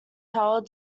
held